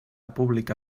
pública